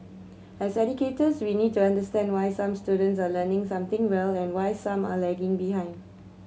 as educators we need to understand why some students are learning something well and why some are lagging behind